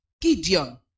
Gideon